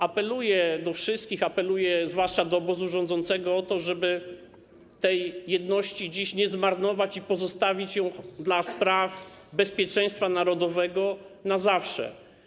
Apeluję do wszystkich, zwłaszcza do obozu rządzącego, o to, żeby tej jedności dziś nie zmarnować, żeby pozostawić ją dla spraw bezpieczeństwa narodowego na zawsze.